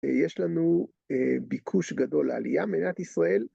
יש לנו ביקוש גדול לעלייה, למדינת ישראל.